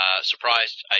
surprised